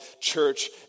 church